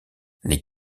les